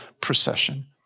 procession